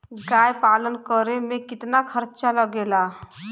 गाय पालन करे में कितना खर्चा लगेला?